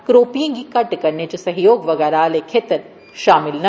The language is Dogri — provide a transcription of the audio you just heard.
करोपिएं गी घट्ट करने च सहयोग बगैहरा आहले खेत्तर शामल न